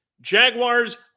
Jaguars